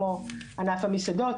כמו ענף המסעדות,